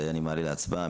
אני מעלה להצבעה.